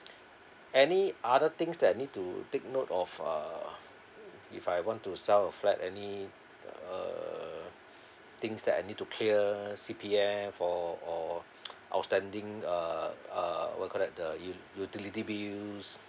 any other things that need to take note of uh if I want to sell a flat any uh things that I need to clear C_P_F or or outstanding uh uh what you call that the u~ utilities bill